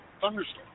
Thunderstorm